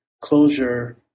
closure